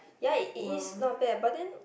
ya it is not bad but then